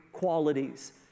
Qualities